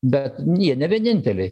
bet jie ne vieninteliai